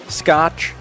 scotch